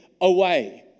away